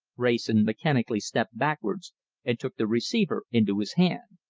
wrayson mechanically stepped backwards and took the receiver into his hand.